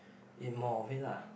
eat more of it lah